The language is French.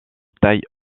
taille